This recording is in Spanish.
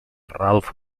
ralph